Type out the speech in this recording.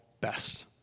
best